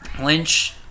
Lynch